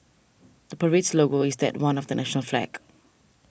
the parade's logo is that one of the national flag